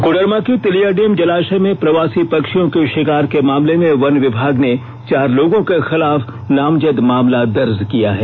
कोडरमा के तिलैया डैम जलाशय में प्रवासी पक्षियों के शिकार के मामले में वन विभाग ने चार लोगों के खिलाफ नामजद मामला दर्ज किया है